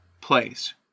place